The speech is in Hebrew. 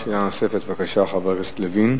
שאלה נוספת, בבקשה, חבר הכנסת לוין.